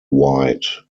wide